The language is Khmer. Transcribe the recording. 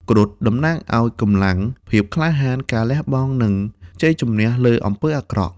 គ្រុឌតំណាងឱ្យកម្លាំង ភាពក្លាហាន ការលះបង់ និងជ័យជំនះលើអំពើអាក្រក់។